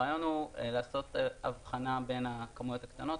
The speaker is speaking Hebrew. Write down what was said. הרעיון הוא לעשות הבחנה בין הכמויות הקטנות,